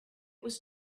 was